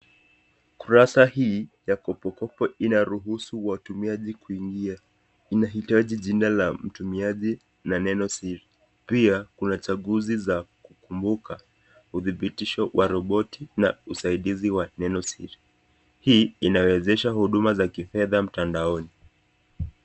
Kurasa hii ya kopokopo inaruhusu watumiaji kuingia ,inahitaji jina la mtumiaji na neno siri ,pia kuna chaguzi za kukumbuka udhibitisho wa roboti na usaidizi wa neno siri ,hii inawezesha huduma za kifedha mtandaoni.